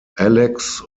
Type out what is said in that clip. alex